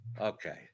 Okay